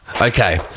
Okay